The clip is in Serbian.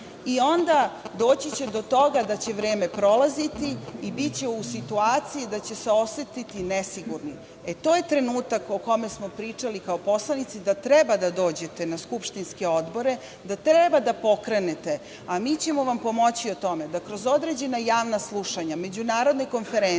Onda će doći do toga da će vreme prolaziti i biće u situaciji da će se osetiti nesigurnim. To je trenutak o kome smo pričali kao poslanici, da treba da dođete na skupštinske odbore, da treba da pokrenete, a mi ćemo vam pomoći u tome da kroz određena javna slušanja, međunarodne konferencije,